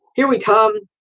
here we come.